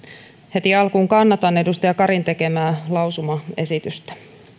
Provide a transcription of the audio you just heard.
heti alkuun kannatan edustaja karin tekemää lausumaesitystä